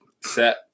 set